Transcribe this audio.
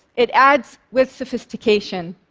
it adds with sophistication.